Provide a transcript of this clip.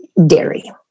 Dairy